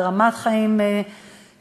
ברמת חיים סבירה,